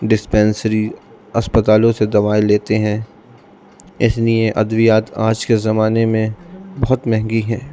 dispensary اسپتالوں سے دوائیں لیتے ہیں اس لیے ادویات آج کے زمانے میں بہت مہنگی ہے